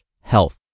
health